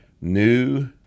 new